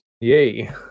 Yay